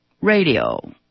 radio